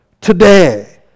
today